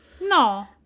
No